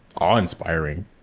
awe-inspiring